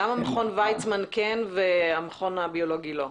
למה מכון וייצמן כן והמכון הביולוגי לא?